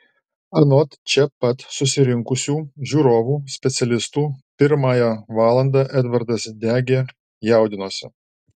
anot čia pat susirinkusių žiūrovų specialistų pirmąją valandą edvardas degė jaudinosi